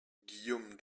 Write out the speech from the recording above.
guillaume